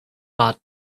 bought